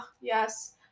yes